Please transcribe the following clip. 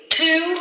two